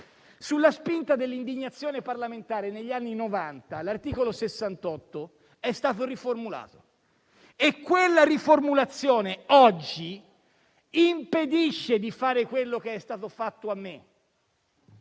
Sulla spinta dell'indignazione popolare, negli anni Novanta, l'articolo 68 è stato riformulato e quella riformulazione oggi impedisce di fare quello che è stato fatto a me